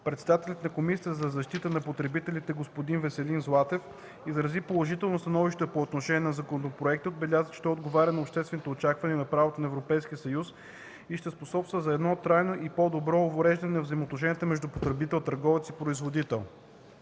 Председателят на Комисията за защита на потребителите господин Веселин Златев изрази положително становище по отношение на законопроекта и отбеляза, че той отговаря на обществените очаквания на правото на Европейския съюз и ще способства за едно трайно и по-добро уреждане на взаимоотношенията между потребител, търговец и производител.